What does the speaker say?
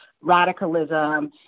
radicalism